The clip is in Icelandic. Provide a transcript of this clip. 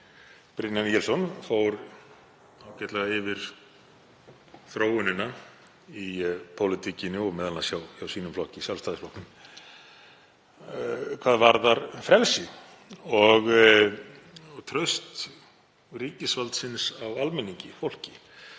Brynjar Níelsson fór ágætlega yfir þróunina í pólitíkinni og m.a. hjá sínum flokki, Sjálfstæðisflokknum, hvað varðar frelsi og traust ríkisvaldsins á almenningi, fólki.